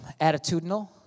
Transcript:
attitudinal